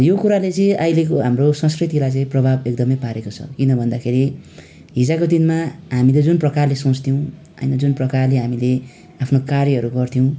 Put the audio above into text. यो कुराले चाहिँ अहिलेको हाम्रो संस्कृतलाई चाहिँ प्रभाव एकदमै पारेको छ किन भन्दाखेरि हिजोको दिनमा हामीले जुन प्रकारले सोच्थ्यौँ होइन जुन प्रकारले हामीले आफ्नो कार्यहरू गर्थ्यौँ